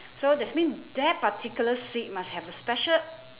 so that's mean that particular seat must have a special